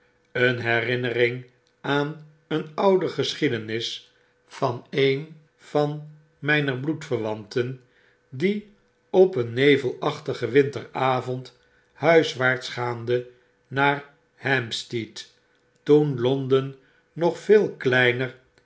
een herinnering aan een oude geschiedenis van een myner bloedverwanten die op een nevelacbtigen winteravond huiswaarts gaande naar hampstead toen londen nog veel kleiner